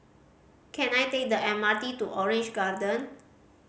can I take the M R T to Orange Garden